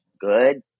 good